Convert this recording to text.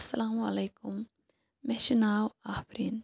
اسلامُ علیکُم مےٚ چھُ ناو آفریٖن